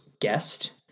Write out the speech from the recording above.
guest